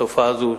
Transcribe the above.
התופעה הזו,